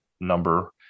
number